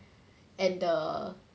and the